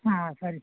ಹಾಂ ಸರಿ